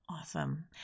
Awesome